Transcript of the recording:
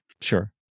Sure